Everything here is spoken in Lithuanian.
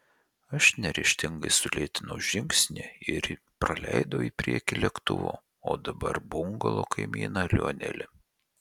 aš neryžtingai sulėtinau žingsnį ir praleidau į priekį lėktuvo o dabar bungalo kaimyną lionelį